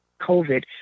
COVID